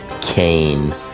Cain